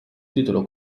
titolo